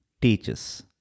teaches